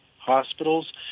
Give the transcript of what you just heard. hospitals